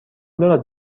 دارد